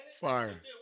fire